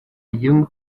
young